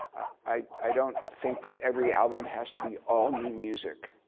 i don't think that every album has to be all new music.